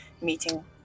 meeting